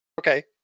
Okay